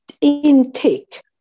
intake